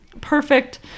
perfect